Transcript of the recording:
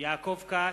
יעקב כץ,